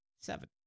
seven